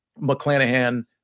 McClanahan